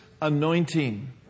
anointing